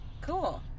Cool